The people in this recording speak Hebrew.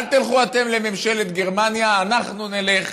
אל תלכו אתם לממשלת גרמניה, אנחנו נלך.